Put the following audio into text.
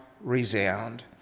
resound